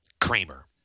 Kramer